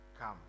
come